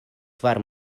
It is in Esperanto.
kvar